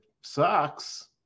sucks